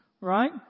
right